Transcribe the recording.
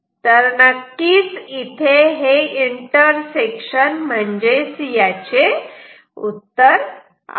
तर नक्कीच इथे हे इंटरसेक्शन म्हणजेच याचे उत्तर आहे